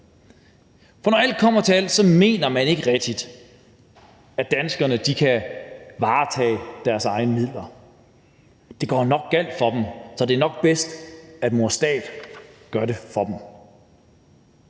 For når alt kommer til alt, mener man ikke rigtig, at danskerne kan tage vare på deres egne midler: Det går nok galt for dem, så det er nok bedst, at mor stat gør det for dem.